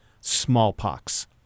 smallpox